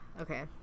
okay